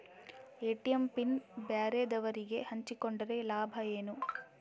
ATM PIN ಬ್ಯಾರೆದವರಗೆ ಹಂಚಿಕೊಂಡರೆ ಏನು ಲಾಭ?